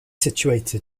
situated